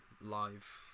live